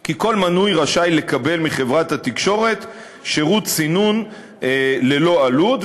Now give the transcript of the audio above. כי כל מנוי רשאי לקבל מחברת התקשורת שירות סינון ללא עלות,